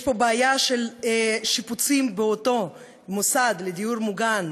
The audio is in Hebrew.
יש פה בעיה של שיפוצים באותו מוסד לדיור מוגן,